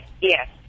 Yes